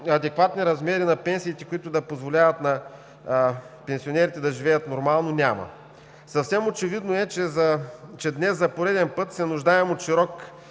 адекватни размери на пенсиите, които да позволяват на пенсионерите да живеят нормално, няма. Съвсем очевидно е, че днес за пореден път се нуждаем от широк